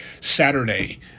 Saturday